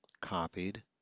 copied